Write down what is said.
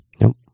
Nope